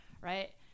right